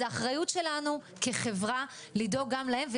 זו אחריות שלנו כחברה לדאוג גם להם.